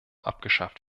abgeschafft